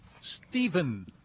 Stephen